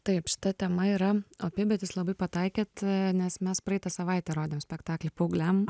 taip šita tema yra opi bet jūs labai pataikėt nes mes praeitą savaitę rodėm spektaklį paaugliam